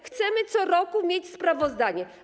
Chcemy co roku mieć sprawozdanie.